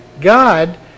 God